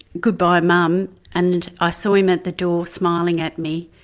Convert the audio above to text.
goodbye mum, and i saw him at the door smiling at me,